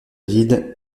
ville